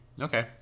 Okay